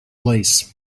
lace